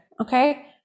okay